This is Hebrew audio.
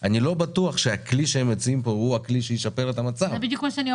וזה יכול לפגוע גם באיכות